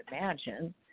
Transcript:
imagine